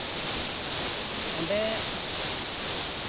ᱚᱸᱰᱮ